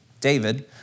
David